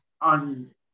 on